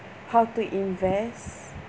how to invest